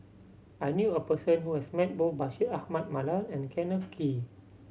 I knew a person who has met both Bashir Ahmad Mallal and Kenneth Kee